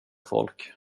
folk